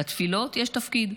לתפילות יש תפקיד.